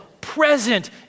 present